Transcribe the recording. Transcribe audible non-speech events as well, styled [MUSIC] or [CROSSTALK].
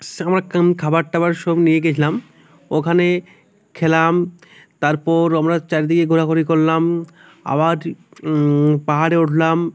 [UNINTELLIGIBLE] খাবার টাবার সব নিয়ে গেছিলাম ওখানে খেলাম তারপর আমরা চারিদিকে ঘোরাঘুরি করলাম আবার পাহাড়ে উঠলাম